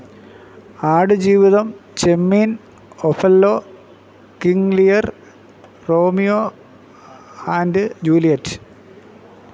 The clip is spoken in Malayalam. Aadu Jeevitham Chemmeen Othello King Lear Romeo and Juliet